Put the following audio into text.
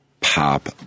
pop